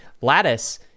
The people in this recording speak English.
lattice